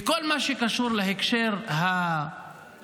בכל מה שקשור להקשר המדיני,